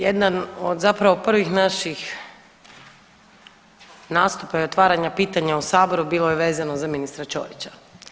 Jedan od zapravo prvih naših nastupa i otvaranja pitanja u saboru bilo je vezano za ministra Ćorića.